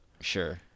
Sure